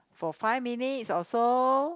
for five minutes or so